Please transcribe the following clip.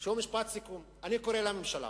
שהוא משפט סיכום: אני קורא לממשלה